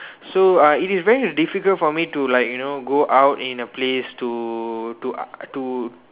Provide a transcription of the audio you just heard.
so uh it is very difficult for me to like you know go out in a place to to uh to